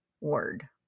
word